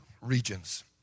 regions